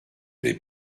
dei